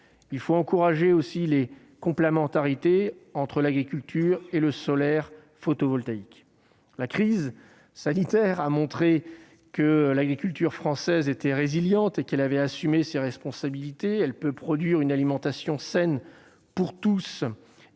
Il faut aussi encourager les complémentarités entre l'agriculture et le solaire photovoltaïque. La crise sanitaire a montré que l'agriculture française était résiliente et qu'elle assumait ses responsabilités. Elle peut produire une alimentation saine pour tous